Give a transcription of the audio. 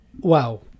Wow